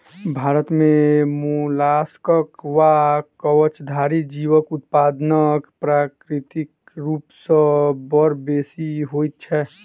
भारत मे मोलास्कक वा कवचधारी जीवक उत्पादन प्राकृतिक रूप सॅ बड़ बेसि होइत छै